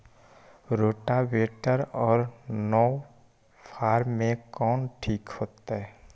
Rotavator और नौ फ़ार में कौन ठीक होतै?